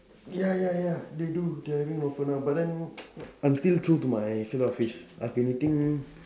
ya ya ya they do they having offer now but then I'm still true to my fillet O fish I've been eating